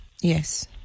Yes